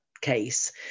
case